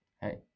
hey